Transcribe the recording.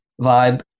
vibe